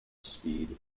speed